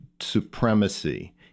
supremacy